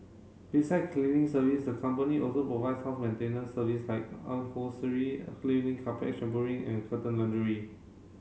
beside cleaning service the company also provides house maintenance service like cleaning carpet shampooing and curtain laundry